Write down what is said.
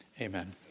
Amen